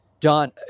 John